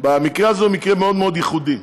המקרה הזה הוא מקרה מאוד מאוד ייחודי.